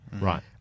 Right